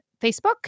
Facebook